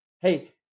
Hey